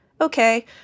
Okay